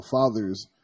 fathers